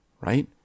right